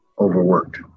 overworked